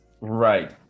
Right